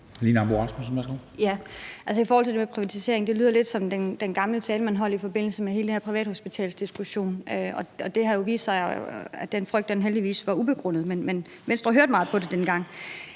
(V): I forhold til det med privatisering lyder det lidt som den gamle tale, man holdt i forbindelse med hele den her privathospitalsdiskussion, og det har jo vist sig, at den frygt heldigvis var ubegrundet, men Venstre hørte meget på det dengang.